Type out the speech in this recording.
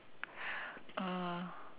uh